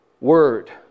word